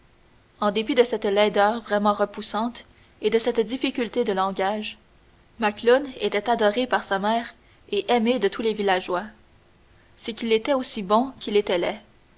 en dépit de cette laideur vraiment repoussante et de cette difficulté de langage macloune était adoré par sa mère et aimé de tous les villageois c'est qu'il était aussi bon qu'il était laid